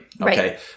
Okay